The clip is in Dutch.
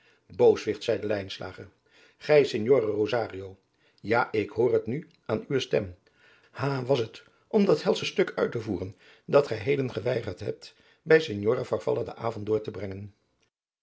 booswicht zeide lijnslager gij signore rosario ja ik hoor het nu aan uwe stem ha was het om dat belsche stuk uit te voeren dat gij heden geweigerd hebt bij signora farfalla den avond door te brengen